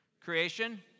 Creation